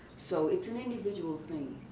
so it's an individual thing.